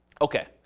Okay